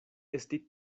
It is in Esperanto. esti